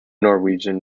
norwegian